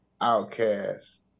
Outcast